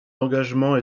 d’engagement